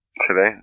today